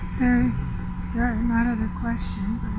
so there are none other questions,